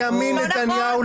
נכון, לא נכון.